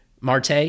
Marte